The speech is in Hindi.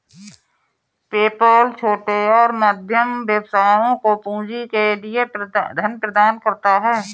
पेपाल छोटे और मध्यम व्यवसायों को पूंजी के लिए धन प्रदान करता है